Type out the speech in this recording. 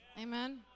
Amen